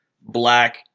black